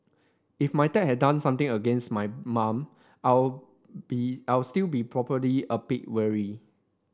if my dad had done something against my mom I'll be I will still be probably a bit wary